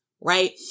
Right